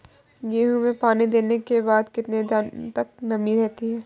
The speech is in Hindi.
गेहूँ में पानी देने के बाद कितने दिनो तक नमी रहती है?